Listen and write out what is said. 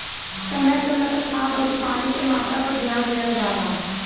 समय समय पर खाद अउरी पानी के मात्रा पर ध्यान देहल जला